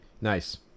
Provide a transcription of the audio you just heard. Nice